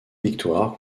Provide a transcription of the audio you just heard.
victoire